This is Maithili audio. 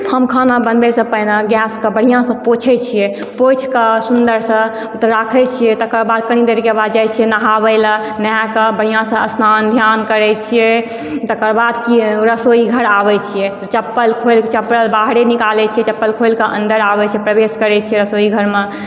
हम खाना बनबैसँ पहिने गैंसके बढ़िआँसँ पोछए छिऐ पोछि कऽ सुन्दरसँ राखए छिऐ तकरबाद कनि देरके बाद जाए छिऐ नहाबए लऽ नहा कऽ बढ़िआँसँ स्नान ध्यान करै छिऐ तकरबाद कि रसोइघर आबए छिऐ चप्पल खोलि चप्पल बाहरे निकालए छिऐ चप्पल खोलि कऽ अन्दर आबए छिऐ प्रवेश करए छिऐ रसोईघरमे